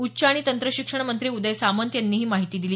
उच्च आणि तंत्रशिक्षण मंत्री उदय सामंत यांनी ही माहिती दिली